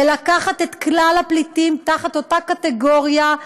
ולקחת את כלל הפליטים תחת אותה קטגוריה,